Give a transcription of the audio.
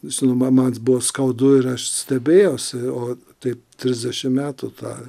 vis nu man buvo skaudu ir aš stebėjausi o taip trisdešimt metų tą